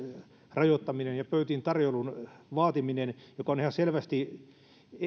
rajoittaminen ja pöytiintarjoilun vaatiminen joka on ihan selvästi